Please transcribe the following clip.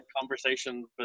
conversation